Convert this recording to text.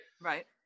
right